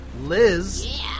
Liz